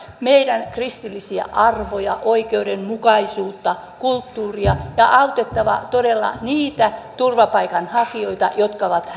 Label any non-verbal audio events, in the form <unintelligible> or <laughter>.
meidän kristillisiä arvojamme oikeudenmukaisuuttamme ja kulttuuriamme ja autettava todella niitä turvapaikanhakijoita jotka ovat <unintelligible>